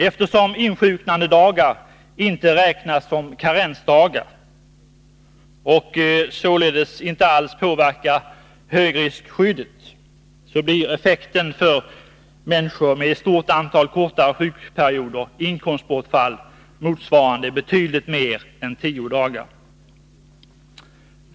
Eftersom insjuknandedagar inte räknas som karensdagar, och således inte alls påverkar högriskskyddet, blir effekten för människor med ett stort antal kortare sjukperioder inkomstbortfall motsvarande betydligt mer än tio dagar.